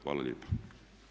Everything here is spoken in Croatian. Hvala lijepa.